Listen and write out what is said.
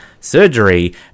surgery